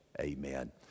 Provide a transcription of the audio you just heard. amen